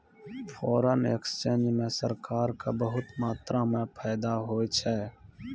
foreign exchange म सरकार क बहुत मात्रा म फायदा होय छै